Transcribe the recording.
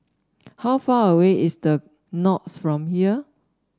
how far away is The Knolls from here